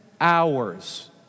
hours